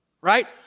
Right